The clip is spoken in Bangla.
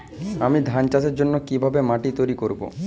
আমি ধান চাষের জন্য কি ভাবে মাটি তৈরী করব?